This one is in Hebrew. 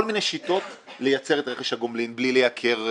מיני שיטות לייצר את רכש הגומלין בלי לייקר,